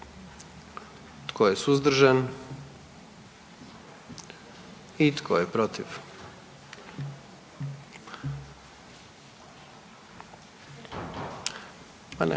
Tko je suzdržan? I tko je protiv? Nije